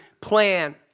plan